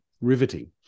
riveting